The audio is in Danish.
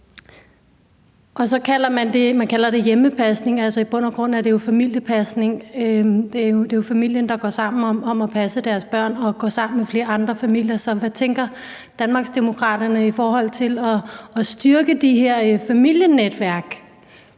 Man kalder det hjemmepasning, men i bund og grund er det jo familiepasning, for det er familien, der går sammen om at passe deres børn og går sammen med flere andre familier. Så hvad tænker Danmarksdemokraterne i forhold til at styrke de her familienetværk